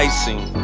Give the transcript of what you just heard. Icing